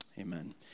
Amen